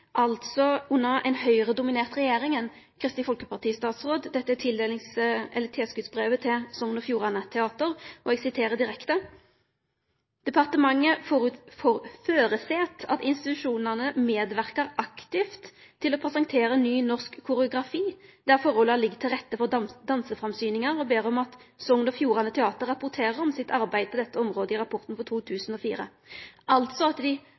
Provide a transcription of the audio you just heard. altså under ei Høgre-dominert regjering med ein Kristeleg Folkeparti-statsråd. Dette er frå eit tilskotsbrev til Sogn og Fjordane teater. Eg siterer: «Departementet føreset at institusjonane medverkar aktivt til å presentere ny norsk koreografi der forholda ligg til rette for danseframsyningar, og ber om at Sogn og Fjordane teater rapporterer om sitt arbeid på dette området i rapporten for 2004.» Sogn og Fjordane skal altså